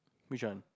which one